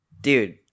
Dude